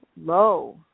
low